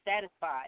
satisfied